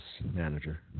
manager